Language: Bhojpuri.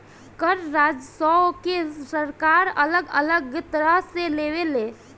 कर राजस्व के सरकार अलग अलग तरह से लेवे ले